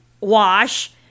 wash